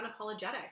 unapologetic